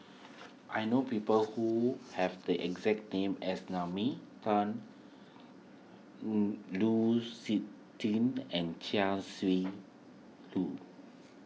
I know people who have the exact name as Naomi Tan Lu Suitin and Chia Shi Lu